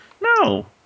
No